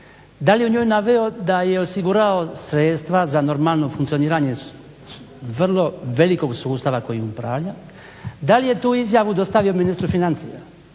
Da li je u njoj naveo da je osigurao sredstva za normalno funkcioniranje vrlo velikog sustava kojim upravlja? Da li je tu izjavu dostavio ministru financija?